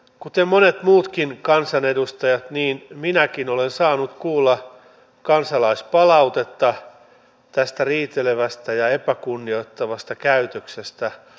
kuten monet muutkin kansanedustajat minäkin olen saanut kuulla kansalaispalautetta tästä riitelevästä ja epäkunnioittavasta käytöksestä toisiamme kohtaan